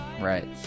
Right